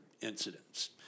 incidents